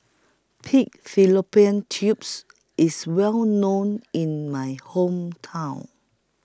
Pig Fallopian Tubes IS Well known in My Hometown